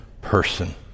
person